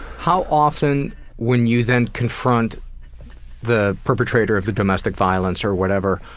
how often when you then confront the perpetrator of the domestic violence or whatever,